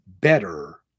better